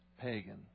pagan